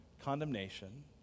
condemnation